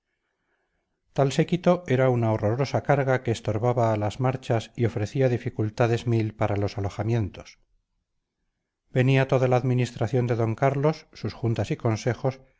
tal séquito era una horrorosa carga que estorbaba las marchas y ofrecía dificultades mil para los alojamientos venía toda la administración de don carlos sus juntas y consejos